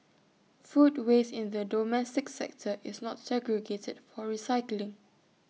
food waste in the domestic sector is not segregated for recycling